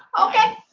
Okay